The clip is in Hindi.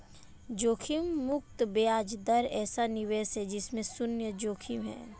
जोखिम मुक्त ब्याज दर ऐसा निवेश है जिसमें शुन्य जोखिम है